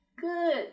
Good